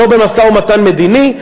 לא במשא-ומתן מדיני,